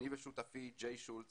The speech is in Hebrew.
אני ושותפי ג'י שולץ